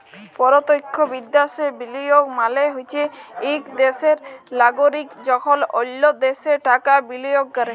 পরতখ্য বিদ্যাশে বিলিয়গ মালে হছে ইক দ্যাশের লাগরিক যখল অল্য দ্যাশে টাকা বিলিয়গ ক্যরে